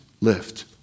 lift